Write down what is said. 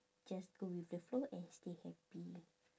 just go with the flow and stay happy